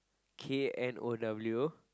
K N O W